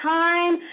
time